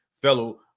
fellow